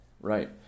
right